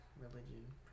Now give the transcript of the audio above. religion